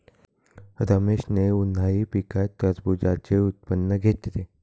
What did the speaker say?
रमेशने उन्हाळी पिकात टरबूजाचे उत्पादन घेतले